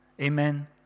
Amen